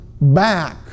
back